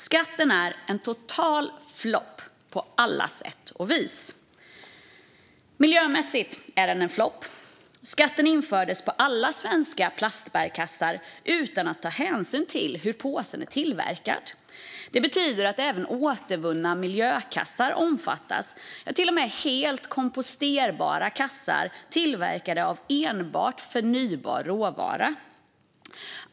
Skatten är en total flopp på alla sätt och vis. Miljömässigt är skatten en flopp. Den infördes på alla svenska plastbärkassar utan hänsyn till hur påsen är tillverkad. Det betyder att även återvunna miljökassar omfattas - ja, till och med helt komposterbara kassar tillverkade av enbart förnybar råvara.